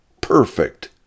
perfect